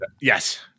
yes